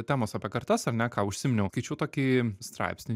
temos apie kartas ar ne ką užsiminiau skaičiau tokį straipsnį